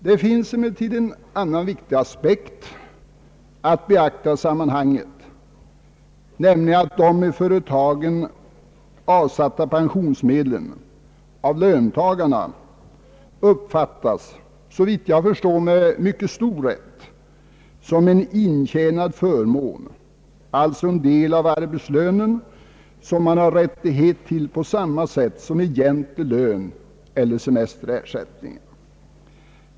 Det finns emellertid en annan viktig aspekt att beakta i sammanhanget, nämligen att de i företagen avsatta pensionsmedlen av löntagarna uppfattas — såvitt jag förstår med betydande rätt — som en intjänad förmån, alltså en del av arbetslönen, som man har rättighet till på samma sätt som egentlig lön och semesterersättning.